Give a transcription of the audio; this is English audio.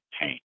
pain